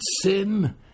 sin